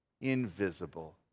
invisible